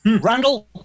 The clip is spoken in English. Randall